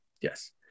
yes